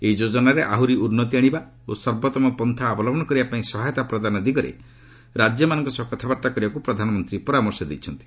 ଏହି ଯୋଜନାରେ ଆହୁରି ଉନ୍ତି ଆଣିବା ଓ ସର୍ବୋଭମ ପତ୍ରା ଅବଲମ୍ପନ କରିବାପାଇଁ ସହାୟତା ପ୍ରଦାନ ଦିଗରେ ରାଜ୍ୟମାନଙ୍କ ସହ କଥାବାର୍ତ୍ତା କରିବାକୃ ପ୍ରଧାନମନ୍ତ୍ରୀ ପରାମର୍ଶ ଦେଇଛନ୍ତି